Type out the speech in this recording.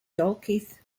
dalkeith